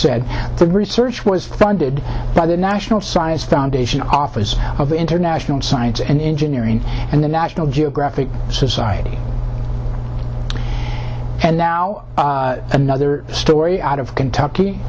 said the research was funded by the national science foundation office of international science and engineering and the national geographic society and now another story out of kentucky